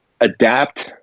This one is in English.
adapt